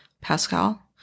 Pascal